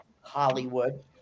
Hollywood